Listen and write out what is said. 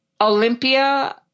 Olympia